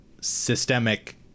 systemic